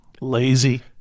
lazy